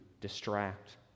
distract